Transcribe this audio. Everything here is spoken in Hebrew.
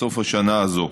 בסוף השנה הזאת.